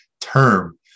term